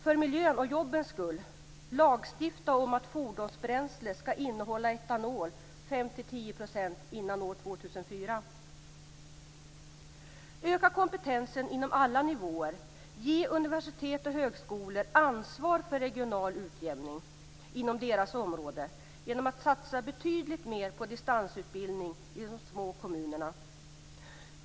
För miljöns och jobbens skull, lagstifta om att fordonsbränsle skall innehålla 5-10 % etanol innan år 2004. · Öka kompetensen inom alla nivåer. Ge universitet och högskolor ansvar för regional utjämning inom deras områden, genom att satsa betydligt mer på distansutbildning i de små kommunerna.